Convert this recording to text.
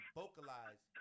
vocalize